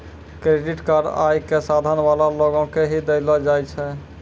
credit card आय क साधन वाला लोगो के ही दयलो जाय छै